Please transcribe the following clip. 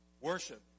Worship